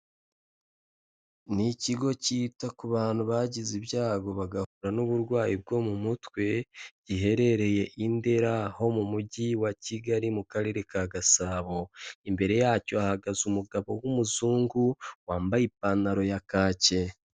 Ni ikigo cyita ku bantu bagize ibyago bagahura n'uburwayi bwo mu mutwe, giherereye i Ndera ho mu mujyi wa Kigali mu karere ka Gasabo. Imbere yacyo hahagaze umugabo w'umuzungu wambaye ipantaro ya kake.